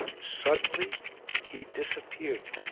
suddenly he disappeared.